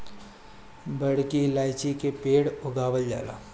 बड़की इलायची के पेड़ उगावल जाला